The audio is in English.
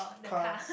cars